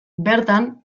bertan